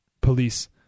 police